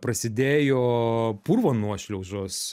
prasidėjo purvo nuošliaužos